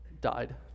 died